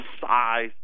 size